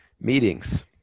Meetings